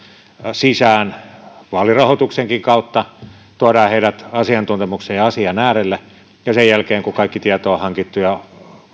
sisään vaalirahoituksenkin kautta tuodaan heidät asiantuntemuksen ja asian äärelle ja sen jälkeen kun kaikki tieto on hankittu ja